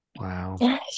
Wow